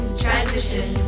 transition